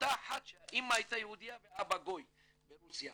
מאותו אחד שהאימא הייתה יהודייה והאבא גוי ברוסיה.